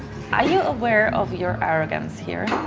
are you aware of your arrogance here?